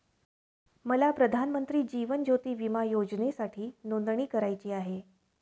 मला प्रधानमंत्री जीवन ज्योती विमा योजनेसाठी नोंदणी करायची आहे